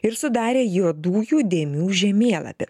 ir sudarė juodųjų dėmių žemėlapį